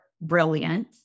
brilliant